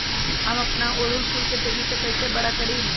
हम अपना ओरहूल फूल के तेजी से कई से बड़ा करी?